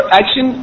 action